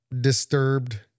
Disturbed